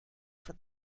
for